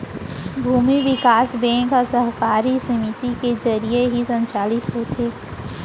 भूमि बिकास बेंक ह सहकारी समिति के जरिये ही संचालित होथे